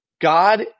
God